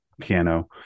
piano